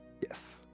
Yes